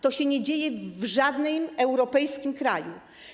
To się nie dzieje w żadnym europejskim kraju.